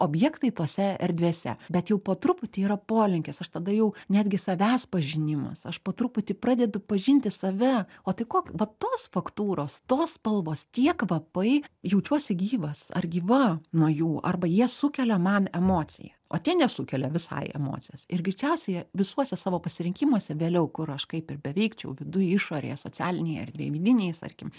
objektai tose erdvėse bet jau po truputį yra polinkis aš tada jau netgi savęs pažinimas aš po truputį pradedu pažinti save o tai ko va tos faktūros tos spalvos tie kvapai jaučiuosi gyvas ar gyva nuo jų arba jie sukelia man emociją o tie nesukelia visai emocijas ir greičiausiai jie visuose savo pasirinkimuose vėliau kur aš kaip ir beveikčiau viduj išorėje socialinėje erdvėj vidiniais tarkim